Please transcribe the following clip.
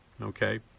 okay